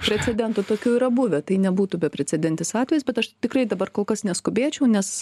precedentų tokių yra buvę tai nebūtų beprecedentis atvejis bet aš tikrai dabar kol kas neskubėčiau nes